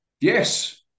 Yes